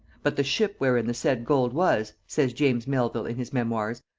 but the ship wherein the said gold was, says james melvil in his memoirs,